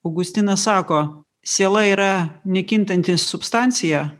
augustinas sako siela yra nekintanti substancija